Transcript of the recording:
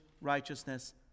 righteousness